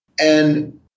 And-